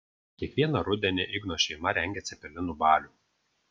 kiekvieną rudenį igno šeima rengia cepelinų balių